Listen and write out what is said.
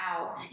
out